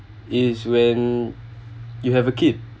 is when you have a kid